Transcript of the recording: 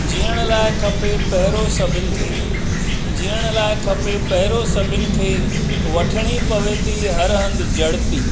जीअण लाइ खपे पहिरो सभिनि खे जीअण लाइ खपे पहिरो सभिनि खे वठणी पवे थी हर हंधु जड़ती